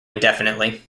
indefinitely